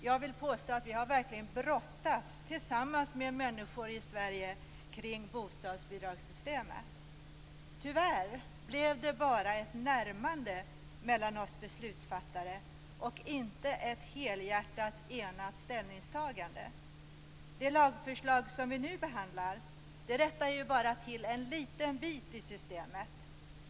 Jag vill påstå att vi verkligen har brottats tillsammans med människor i Sverige kring bostadsbidragssystemet. Tyvärr blev det bara ett närmande mellan oss beslutsfattare och inte ett helhjärtat enat ställningstagande. Det lagförslag som vi nu behandlar rättar bara till en liten bit i systemet.